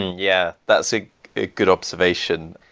yeah. that's a a good observation.